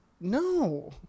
no